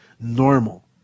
normal